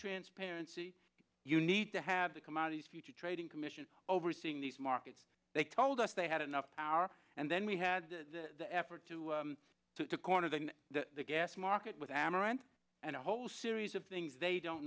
transparency you need to have the commodities futures trading commission overseeing these markets they told us they had enough power and then we had the effort to to corner the gas market with amaranth and a whole series of things they don't